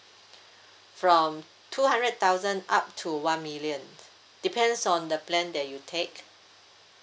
from two hundred thousand up to one million depends on the plan that you take